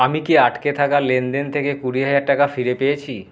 আমি কি আটকে থাকা লেনদেন থেকে কুড়ি হাজার টাকা ফিরে পেয়েছি